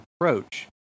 approach